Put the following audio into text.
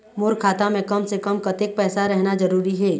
मोर खाता मे कम से से कम कतेक पैसा रहना जरूरी हे?